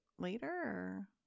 later